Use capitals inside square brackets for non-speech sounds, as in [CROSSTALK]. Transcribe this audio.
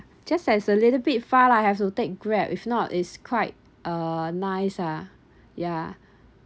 just has a little bit far lah I have to take grab if not is quite uh nice ah yeah [BREATH]